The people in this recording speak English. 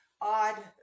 odd